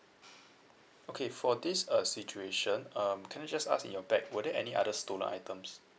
okay for this uh situation um can I just ask in your bag were there any other stolen items